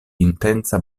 intensa